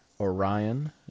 Orion